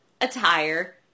Attire